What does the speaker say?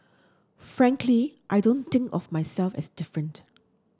frankly I don't think of myself as different